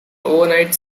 overnight